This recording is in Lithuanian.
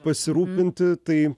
pasirūpinti tai